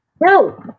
No